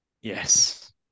Yes